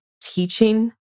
teaching